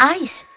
ice